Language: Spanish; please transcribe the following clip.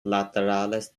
laterales